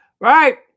right